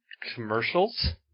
Commercials